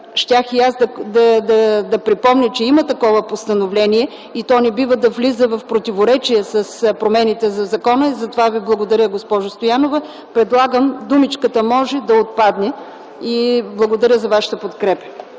щях да припомня, че има такова постановление и то не бива да влиза в противоречие с промените в закона. Затова Ви благодаря, госпожо Стоянова. Предлагам думичката „може” да отпадне. Благодаря за Вашата подкрепа.